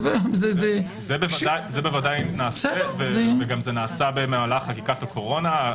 - זה בוודאי נעשה וזה גם נעשה במהלך חקיקת הקורונה.